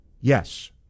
Yes